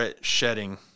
shedding